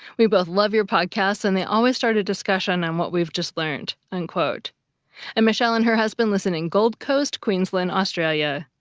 we both love your podcasts and they always start a discussion on what we have just learnt. and and michelle and her husband listen in gold coast, queensland, australia.